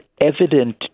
evident